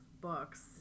books